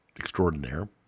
extraordinaire